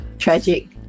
Tragic